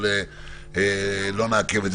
אבל לא נעכב את זה.